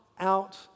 out